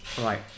Right